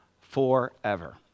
forever